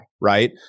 right